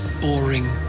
boring